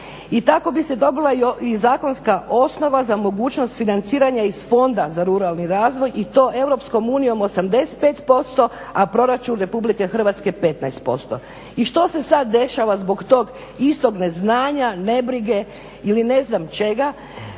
I tako bi se dobila i zakonska osnova za mogućnost financiranja iz Fonda za ruralni razvoj i to Europskom unijom 85%, a proračun Republike Hrvatske 15%. I što se sad dešava zbog tog istog neznanja, nebrige ili ne znam čega.